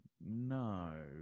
No